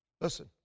Listen